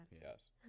Yes